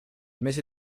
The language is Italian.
mese